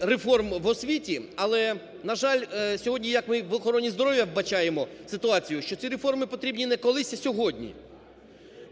реформ в освіті. Але, на жаль, сьогодні як ми і в охороні здоров'я вбачаємо ситуацію, що ці реформи потрібні не колись, а сьогодні.